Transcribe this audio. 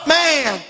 man